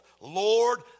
Lord